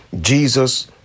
Jesus